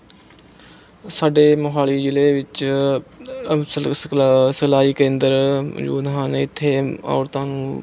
ਸਾਡੇ ਮੋਹਾਲੀ ਜ਼ਿਲ੍ਹੇ ਵਿੱਚ ਅਵਸਰ ਸਿਲਾਈ ਕੇਂਦਰ ਮੌਜੂਦ ਹਨ ਇੱਥੇ ਔਰਤਾਂ ਨੂੰ